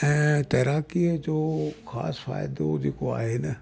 ऐं तैराकीअ जो ख़ासि फ़ाइदो जेको आहे न